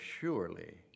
surely